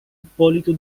ippolito